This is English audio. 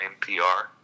NPR